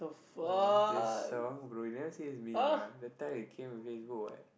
oh this song bro you never see his meme ah that time he came in Facebook what